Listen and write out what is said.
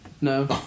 No